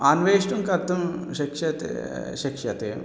अन्वेष्टुं कर्तुं शक्ष्यते शक्ष्यते